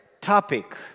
topic